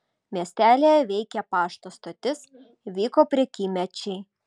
miestelyje veikė pašto stotis vyko prekymečiai